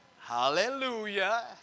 Hallelujah